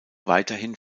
weiterhin